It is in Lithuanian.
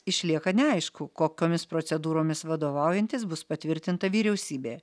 išlieka neaišku kokiomis procedūromis vadovaujantis bus patvirtinta vyriausybė